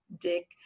Dick